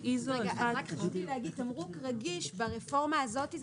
חשוב לי לומר שתמרוק רגיש ברפורמה הזאת הוא